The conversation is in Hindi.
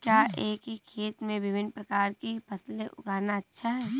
क्या एक ही खेत में विभिन्न प्रकार की फसलें उगाना अच्छा है?